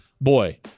Boy